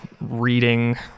reading